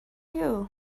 you